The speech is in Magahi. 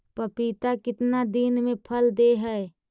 पपीता कितना दिन मे फल दे हय?